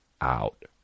out